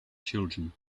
children